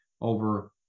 over